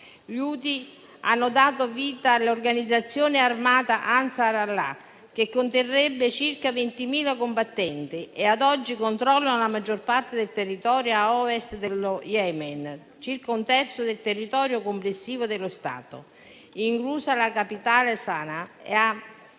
Gli Houthi hanno dato vita all'organizzazione armata Ansar Allah, che risulterebbe fatta di circa 20.000 combattenti e ad oggi controlla la maggior parte del territorio a ovest dello Yemen, circa un terzo del territorio complessivo dello Stato, inclusa la capitale Sana'a